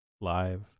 Live